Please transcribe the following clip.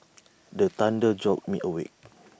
the thunder jolt me awake